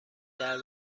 درب